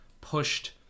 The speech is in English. pushed